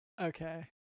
Okay